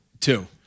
Two